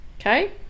okay